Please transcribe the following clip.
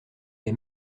est